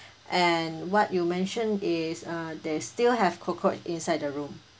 and what you mention is uh there still have cockroach inside the room